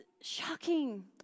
shocking